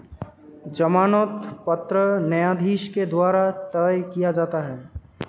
जमानत पत्र न्यायाधीश के द्वारा तय किया जाता है